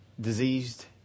diseased